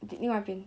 另外一边